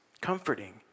Comforting